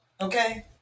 okay